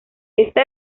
esta